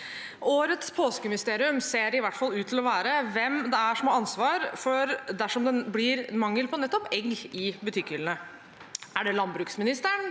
Årets påskemysterium ser i hvert fall ut til å være hvem det er som har ansvar dersom det blir mangel på nettopp egg i butikkhyllene. Er det landbruksministeren?